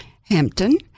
Hampton